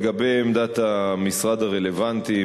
לגבי עמדת המשרד הרלוונטי,